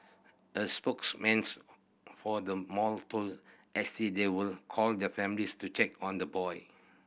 a spokesman's for the mall told S T they will call the families to check on the boy